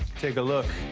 take a look.